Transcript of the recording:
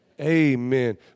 Amen